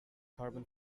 carbon